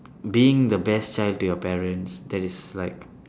being the best child to your parents that is like